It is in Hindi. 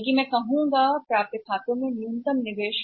बल्कि मैं कहूंगा कि प्राप्य खातों में न्यूनतम निवेश